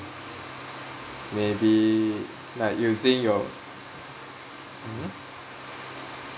maybe like using your mmhmm